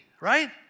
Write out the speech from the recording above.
right